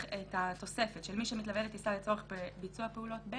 את רואה שהנוסח מפנה להגדרה בפסקה (1) להגדרה "איש צוות" בחוק הטיס?